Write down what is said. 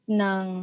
ng